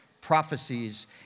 prophecies